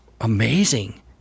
amazing